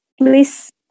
please